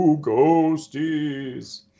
Ghosties